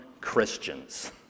Christians